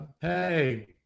Hey